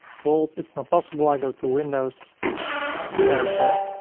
bold. it's not possible. i go to windows character,